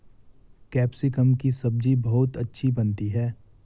capsicum की सब्जी बहुत अच्छी बनती है